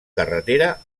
carretera